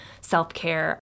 self-care